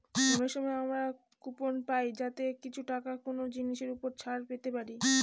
অনেক সময় আমরা কুপন পাই যাতে কিছু টাকা কোনো জিনিসের ওপর ছাড় পেতে পারি